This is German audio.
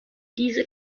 diese